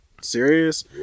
serious